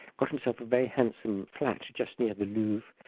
got himself a very handsome flat just near the louvre,